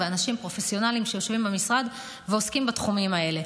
ואנשים מקצועיים שיושבים במשרד עוסקים בתחומים האלה.